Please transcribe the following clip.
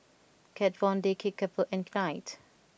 Kat Von D Kickapoo and Knight